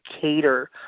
cater